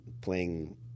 playing